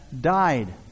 died